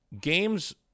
Games